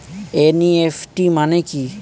NEFT মানে কি?